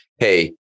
hey